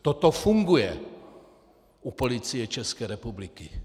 Toto funguje u Policie České republiky.